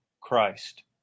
Christ